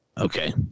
Okay